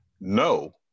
No